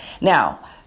Now